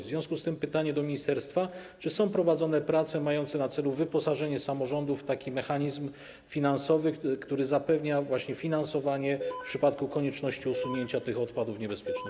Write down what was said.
W związku z tym pytanie do ministerstwa: Czy są prowadzone prace mające na celu wyposażenie samorządów w taki mechanizm finansowy, który zapewnia finansowanie w przypadku konieczności usunięcia tych odpadów niebezpiecznych?